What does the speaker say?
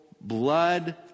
blood